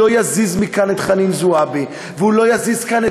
לא יזיז מכאן את חנין זועבי ולא יזיז אף